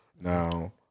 Now